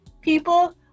people